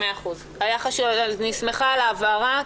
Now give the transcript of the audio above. אני שמחה על ההבהרה,